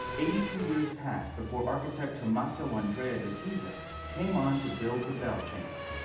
eighty two years passed before architect tomasso andrea di pisa came on to build the bell chamber.